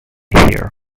here